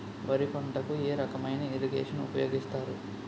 వరి పంటకు ఏ రకమైన ఇరగేషన్ ఉపయోగిస్తారు?